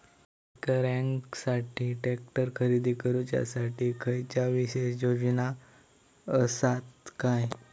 शेतकऱ्यांकसाठी ट्रॅक्टर खरेदी करुच्या साठी खयच्या विशेष योजना असात काय?